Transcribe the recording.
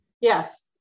Yes